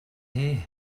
here